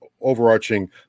overarching